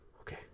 Okay